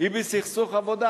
היא בסכסוך עבודה